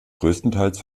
größtenteils